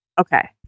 Okay